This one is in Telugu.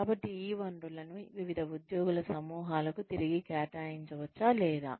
కాబట్టి ఈ వనరులను వివిధ ఉద్యోగుల సమూహాలకు తిరిగి కేటాయించవచ్చా లేదా